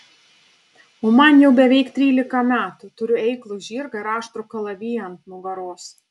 o man jau beveik trylika metų turiu eiklų žirgą ir aštrų kalaviją ant nugaros